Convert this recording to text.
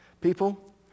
People